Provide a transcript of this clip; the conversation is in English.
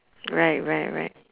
right right right